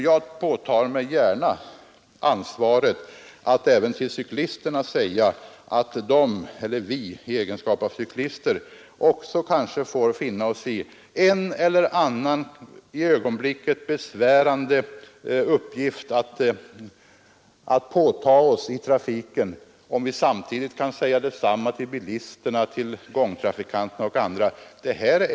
Jag påtar mig gärna ansvaret att även till cyklisterna säga att vi i egenskap av cyklister också kanske får finna oss i att påta oss en eller annan för ögonblicket besvärande uppgift i trafiken, om vi samtidigt kan säga detsamma till bilisterna, till gångtrafikanterna och andra.